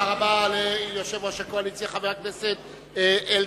תודה רבה ליושב-ראש הקואליציה, חבר הכנסת אלקין.